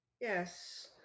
yes